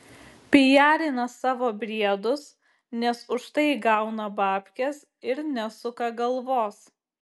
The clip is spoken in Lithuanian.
pijarina savo briedus nes už tai gauna babkes ir nesuka galvos